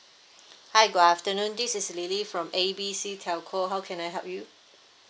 hi good afternoon this is lily from A B C telco how can I help you